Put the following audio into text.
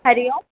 हरिः ओम्